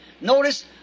Notice